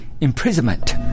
imprisonment